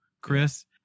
Chris